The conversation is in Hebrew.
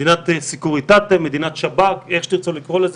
מדינת שב"כ, איך שתרצו לקרוא לזה.